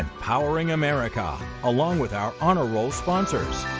powering america along with are on a roll sponsors.